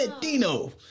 Dino